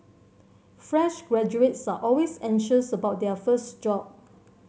fresh graduates are always anxious about their first job